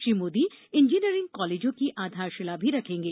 Shri Modi engineering कॉलेजों की आधारशिला भी रखेंगे